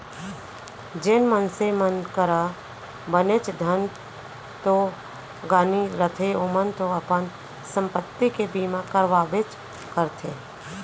जेन मनसे मन करा बनेच धन दो गानी रथे ओमन तो अपन संपत्ति के बीमा करवाबेच करथे